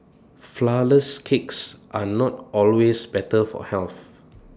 Flourless Cakes are not always better for health